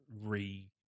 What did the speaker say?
re